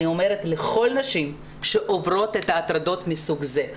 אני אומרת לכל הנשים שעוברות הטרדות מסוג זה.